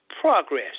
progress